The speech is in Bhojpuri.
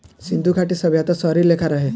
सिन्धु घाटी सभ्यता शहरी लेखा रहे